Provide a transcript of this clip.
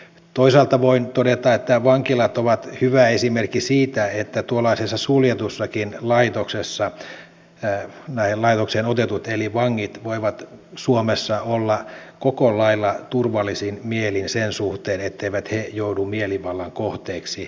toisaalta voin todeta että vankilat ovat hyvä esimerkki siitä että tuollaisessa suljetussakin laitoksessa näihin laitoksiin otetut eli vangit voivat suomessa olla koko lailla turvallisin mielin sen suhteen etteivät he joudu mielivallan kohteeksi